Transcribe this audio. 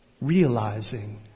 realizing